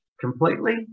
completely